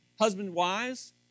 husband-wise